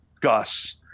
Gus